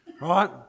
right